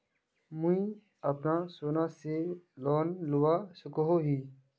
मुई अपना सोना से लोन लुबा सकोहो ही?